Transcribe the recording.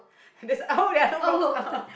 there's !oh! there are no rocks up